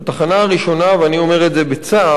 והתחנה הראשונה, ואני אומר את זה בצער,